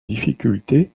difficultés